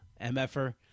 mf'er